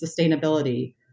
sustainability